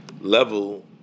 level